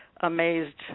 amazed